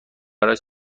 برای